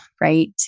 right